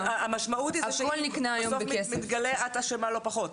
המשמעות היא שאם בסוף מתגלה, את אשמה לא פחות.